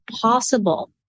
possible